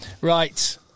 Right